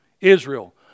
Israel